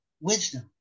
wisdom